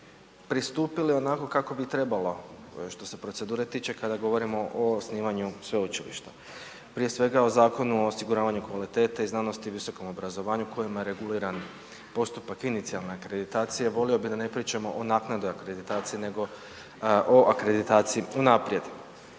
pristupili onako kako bi trebalo što se procedure tiče kada govorimo o osnivanju sveučilišta, prije svega o Zakonu o osiguravanju kvalitete i znanosti i visokom obrazovanju kojima je reguliran postupak inicijalne akreditacije. Volio bi da ne pričamo o naknadi akreditacije nego o akreditaciji unaprijed.